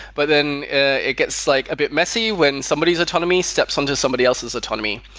but then it gets like a bit messy when somebody's autonomy steps on to somebody else's autonomy.